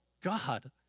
God